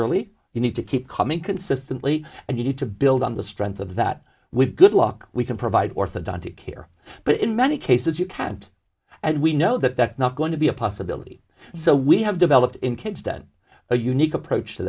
early you need to keep coming consistently and you need to build on the strength of that with good luck we can provide orthodontic care but in many cases you can't and we know that that's not going to be a possibility so we have developed in kids then a unique approach to